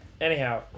Anyhow